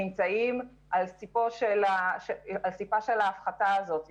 נמצאים על סף ההפחתה הזאת,